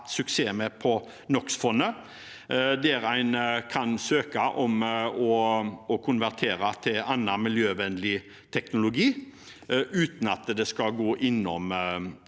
suksess med, der en kan søke om å konvertere til annen miljøvennlig teknologi uten at det skal innom